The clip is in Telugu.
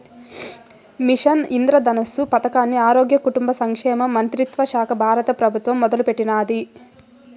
మిషన్ ఇంద్రధనుష్ పదకాన్ని ఆరోగ్య, కుటుంబ సంక్షేమ మంత్రిత్వశాక బారత పెబుత్వం మొదలెట్టినాది